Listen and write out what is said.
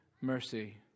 mercy